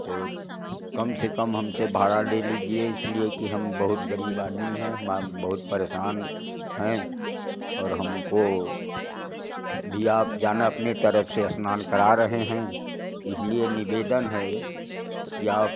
तो कम से कम हमसे भाड़ा ले लीजिए इसलिए कि हम बहुत गरीब आदमी है हमाम बहुत परेशान हैं और हमको बिहाप जाना अपने तरफ से स्नान करा रहे हैं इसलिए निवेदन है कि आप